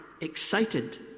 excited